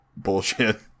Bullshit